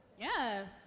Yes